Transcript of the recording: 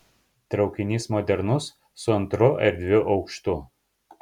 traukinys modernus su antru erdviu aukštu